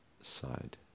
side